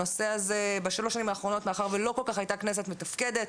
הנושא הזה בשלוש השנים האחרונות מאחר שלא הייתה כל כך כנסת מתפקדת,